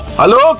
Hello